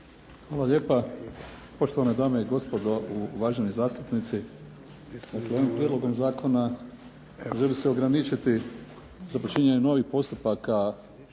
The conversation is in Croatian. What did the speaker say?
Hvala lijepo. Poštovane dame i gospodo, uvaženi zastupnici. Dakle, ovim prijedlogom zakona želi se ograničiti započinjenih novih postupaka